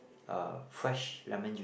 a fresh lemon juice